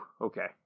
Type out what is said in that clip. Okay